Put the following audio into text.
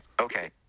okay